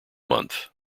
month